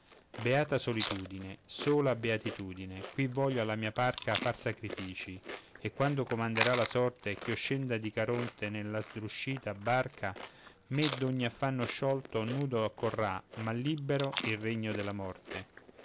beata solitudine sola beatitudine qui voglio alla mia parca far sacrifici e quando comanderà la sorte ch'io scenda di caronte nella sdruscita barca me d'ogni affanno sciolto nudo accorrà ma libero il regno della morte